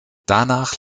danach